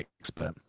expert